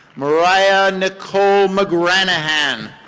mariah nicole mcgranahan.